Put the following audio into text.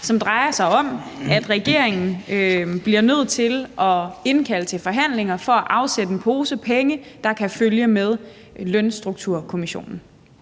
som drejer sig om, at regeringen bliver nødt til at indkalde til forhandlinger for at afsætte en pose penge, der kan følge med lønstrukturkomitéen.